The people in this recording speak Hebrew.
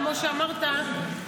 כמו שאמרת,